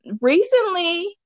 recently